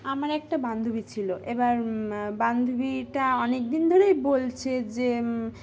আমার একটা বান্ধবী ছিল এবার বান্ধবীটা অনেক দিন ধরেই বলছে যে